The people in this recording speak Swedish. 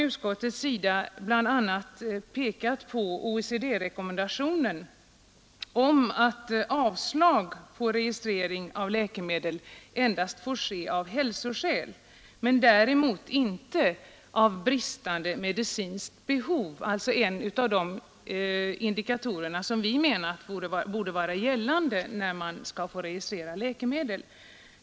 Utskottet har bl.a. pekat på OECD-rekommendationen om att avslag på registrering av läkemedel endast får ske av hälsoskäl men däremot inte av bristande medicinskt behov, alltså en av de indikatorer som vi menar borde vara gällande när man skall registrera läkemedel.